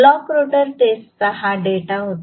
block rotor टेस्टचा हा data होता